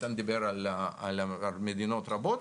איתן דיבר על מדינות רבות,